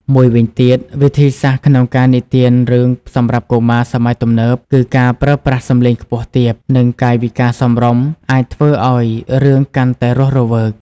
មួយវិញទៀត វិធីសាស្រ្តក្នុងការនិទានរឿងសម្រាប់កុមារសម័យទំនើប គឺការប្រើប្រាស់សម្លេងខ្ពស់ទាប និងកាយវិការសមរម្យ អាចធ្វើឱ្យរឿងកាន់តែរស់រវើក។